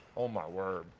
oh, my word,